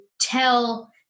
tell